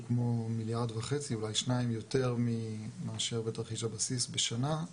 כמו 1.5 אולי 2 מיליארד יותר ממה שהיה בתרחיש הבסיס בשנה,